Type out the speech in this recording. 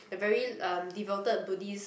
the very um devoted Buddhist